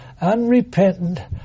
unrepentant